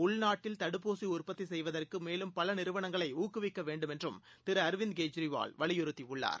உள்நாட்டில் தடுப்பூசிஉற்பத்திசெய்வதற்குமேலும் பலநிறுவனங்களைஊக்குவிக்கவேண்டும் என்றும் திருஅரவிந்த் கெஜ்ரிவால் வலியுறுத்தியுள்ளார்